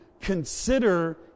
consider